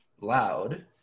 loud